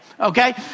Okay